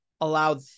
allowed